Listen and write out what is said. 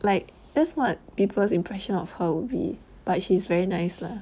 like that's what people's impression of her would be but she's very nice lah